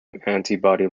antibody